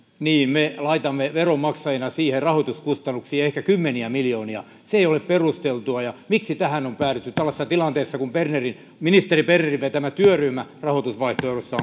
me laitamme veronmaksajina siihen rahoituskustannuksiin ehkä kymmeniä miljoonia se ei ole perusteltua miksi tähän on päädytty tällaisessa tilanteessa kun ministeri bernerin vetämä rahoitusvaihtoehtoja